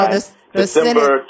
December